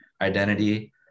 identity